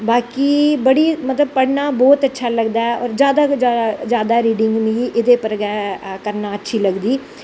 बाकी पढ़ना मतलव बौह्त अच्छा लगदा ऐ और जादा जादा रिड़िंग मिगी एह्दे पर गै करनां अच्छी लगदी